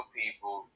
people